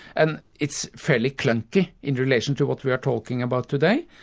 and it's fairly clunky in relation to what we are talking about today,